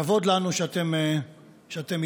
כבוד לנו שאתם איתנו.